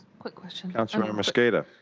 quick question. council member mosqueda.